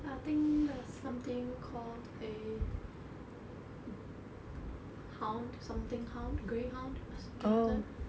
I think there's something called a hound something hound greyhound captain